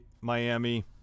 Miami